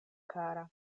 kara